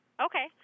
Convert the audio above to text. Okay